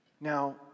Now